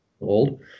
old